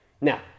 Now